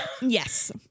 Yes